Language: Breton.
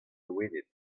loened